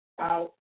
out